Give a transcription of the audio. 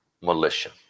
militia